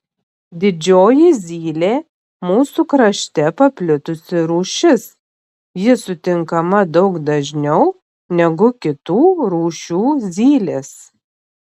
didžioji zylė mūsų krašte paplitusi rūšis ji sutinkama daug dažniau negu kitų rūšių zylės